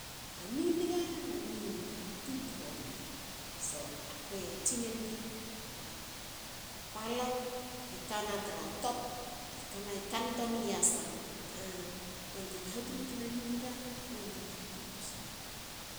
A niniga na niomi e tubtu hobot na so akue tsinenig a palau e kana tra top. kana kantoani yasa, a yantuein ha tubutna niniga ne yantuein hatubtu sna